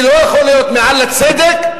היא לא יכולה להיות מעל לצדק.